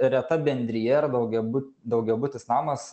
reta bendrija ar daugiabu daugiabutis namas